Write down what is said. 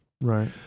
right